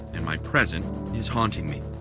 and my present is haunting me.